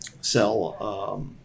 sell